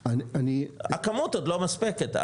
הכמות עוד לא מספקת,